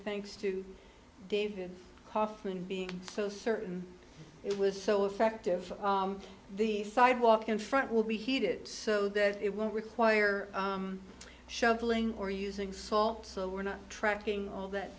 thanks to dave kaufman being so certain it was so effective the sidewalk in front will be heated so that it won't require shoveling or using salt so we're not tracking all that